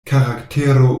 karaktero